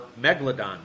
megalodon